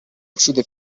uccide